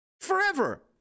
Forever